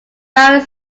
know